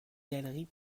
galeries